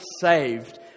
saved